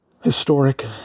historic